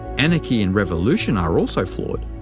anarchy and revolution are also flawed,